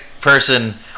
person